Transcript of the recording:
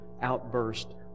outburst